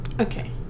Okay